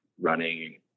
running